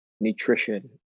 nutrition